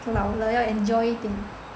老了要 enjoy 一点